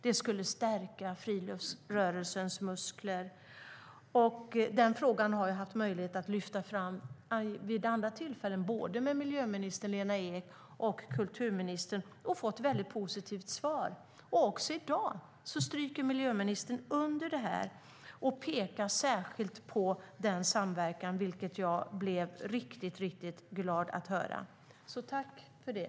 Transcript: Det skulle stärka friluftsrörelsens muskler. Den frågan har jag haft möjlighet att lyfta fram vid andra tillfällen, både med miljöminister Lena Ek och med kulturministern och fått ett väldigt positivt svar. I dag stryker miljöministern under och pekar särskilt på den samverkan, vilket jag blev riktigt glad av att höra. Tack för det!